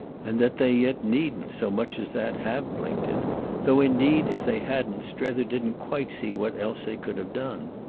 and that they yet needn't, so much as that, have blinked it though indeed if they hadn't strether didn't quite see what else they could have done.